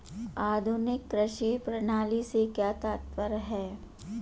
आधुनिक कृषि प्रणाली से क्या तात्पर्य है?